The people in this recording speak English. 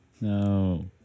No